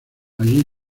allí